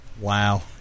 Wow